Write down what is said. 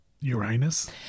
Uranus